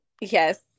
Yes